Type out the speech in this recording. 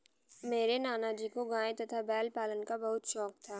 मेरे नाना जी को गाय तथा बैल पालन का बहुत शौक था